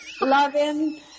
loving